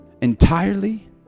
Entirely